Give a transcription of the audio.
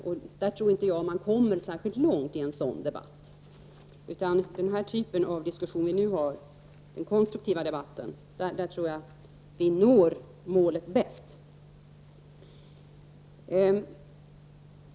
Jag tror inte att man kommer särskilt långt i en sådan debatt. Jag tror att vi når målet bäst i den här typen av konstruktiv debatt.